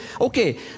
Okay